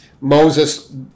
Moses